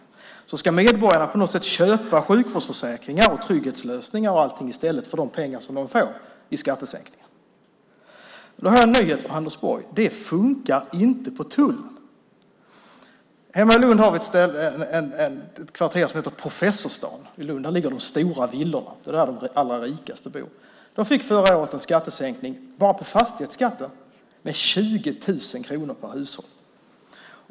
I stället ska medborgarna på något sätt köpa sjukvårdsförsäkringar och trygghetslösningar för de pengar som de får i skattesänkningar. Jag har en nyhet till Anders Borg: Det funkar inte på tullen. Hemma i Lund finns ett kvarter som heter Professorsstaden. Där ligger de stora villorna. Det är där de allra rikaste bor. De fick förra året en skattesänkning bara på fastighetsskatten med 20 000 kronor per hushåll.